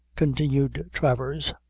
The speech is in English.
continued travers,